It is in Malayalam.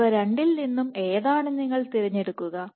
ഇവ രണ്ടിൽ നിന്നും ഏതാണ് നിങ്ങൾ തിരഞ്ഞെടുക്കുക